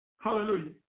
Hallelujah